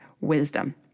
wisdom